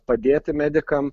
padėti medikam